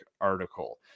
article